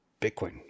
Bitcoin